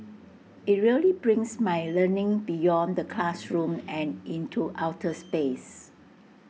IT really brings my learning beyond the classroom and into outer space